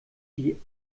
die